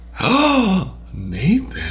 Nathan